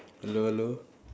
hello hello